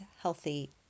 healthy